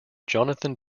jonathan